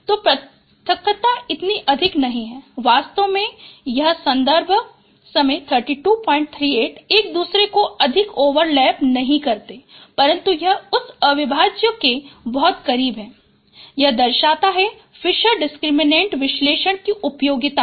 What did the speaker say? तो पृथक्कता इतना अधिक नहीं है वास्तव में यह सन्दर्भ समय 3238 एक दुसरे को अधिक ओवरलेप नहीं करते परन्तु यह उस अविभाज्य के बहुत करीब है यह दर्शाता है फिशर डिसक्रिमिनेट विशलेषण की उपयोगिता को